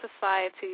society